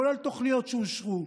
כולל תוכניות שאושרו,